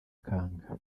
akanga